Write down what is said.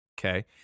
Okay